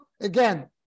Again